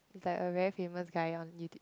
he's like a very famous guy on YouTube